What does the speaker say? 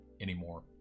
anymore